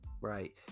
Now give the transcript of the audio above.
Right